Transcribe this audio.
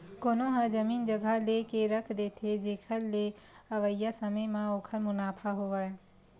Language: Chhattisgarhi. कोनो ह जमीन जघा लेके रख देथे, जेखर ले अवइया समे म ओखर मुनाफा होवय